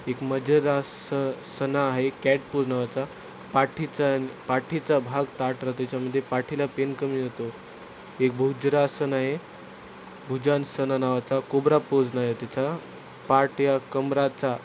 एक मार्जरी स आसन आहे कॅटपोज नावाचा पाठीचा पाठीचा भाग ताठ राहतो त्याच्यामध्ये पाठीला पेन कमी होतो एक भुजरासन आहे भुजानसन नावाचा कोबरा पोज नाव आहे तिचा पाठ या कमरेचा